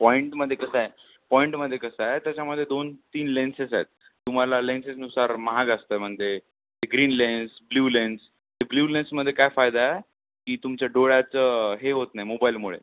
पॉईंटमध्ये कसं आहे पॉईंटमध्ये कसं आहे त्याच्यामध्ये दोन तीन लेन्सेस आहेत तुम्हाला लेन्सेसनुसार महाग असतं म्हणजे ते ग्रीन लेन्स ब्ल्यू लेन्स ते ब्ल्यू लेन्समध्ये काय फायदा आहे की तुमच्या डोळ्याचं हे होत नाही मोबाईलमुळे